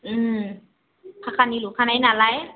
फाखानि लुखानाय नालाय